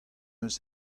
eus